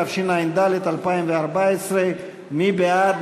התשע"ד 2014. מי בעד?